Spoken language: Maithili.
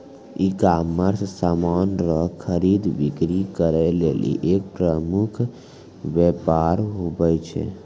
ईकामर्स समान रो खरीद बिक्री करै लेली एक प्रमुख वेपार हुवै छै